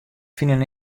finen